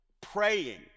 praying